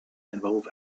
involve